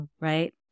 Right